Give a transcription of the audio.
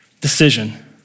decision